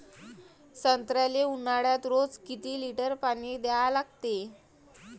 संत्र्याले ऊन्हाळ्यात रोज किती लीटर पानी द्या लागते?